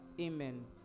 amen